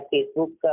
Facebook